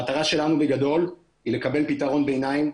המטרה שלנו בגדול היא לקבל פתרון ביניים,